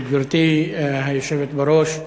גברתי היושבת בראש,